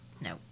No